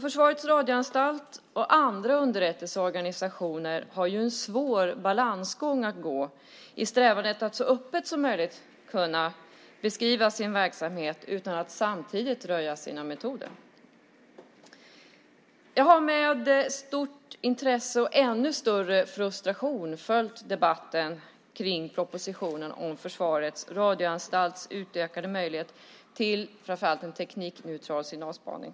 Försvarets radioanstalt och andra underrättelseorganisationer har alltså en svår balansgång att gå i strävan efter att så öppet som möjligt kunna beskriva sin verksamhet utan att samtidigt röja sina metoder. Jag har med stort intresse och med en ännu större frustration följt debatten kring propositionen om utökade möjligheter för Försvarets radioanstalt till framför allt teknikneutral signalspaning.